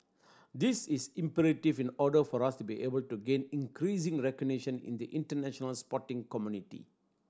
this is imperative in order for us to be able to gain increasing recognition in the international sporting community